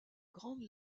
grand